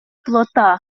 плота